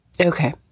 Okay